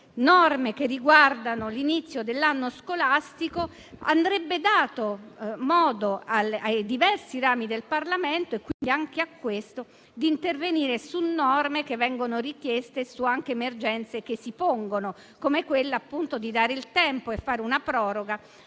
norme che riguardano l'inizio dell'anno scolastico, andrebbe dato modo ai due rami del Parlamento - e quindi anche a questo - di intervenire su norme che vengono richieste anche su emergenze che si pongono, come quella di dare il tempo e fare una proroga